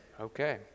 Okay